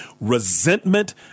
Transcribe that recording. resentment